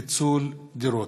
פיצול דירות),